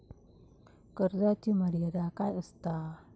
कर्जाची मर्यादा काय असता?